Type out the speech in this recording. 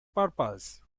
purpose